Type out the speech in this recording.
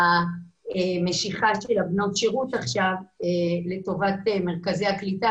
הנושא המשך מעקב על היערכות משרדי הממשלה